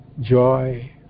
joy